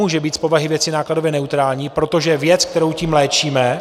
Nemůže být z povahy věci nákladově neutrální, protože věc, kterou tím léčíme...